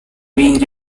being